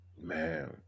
Man